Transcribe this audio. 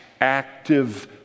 active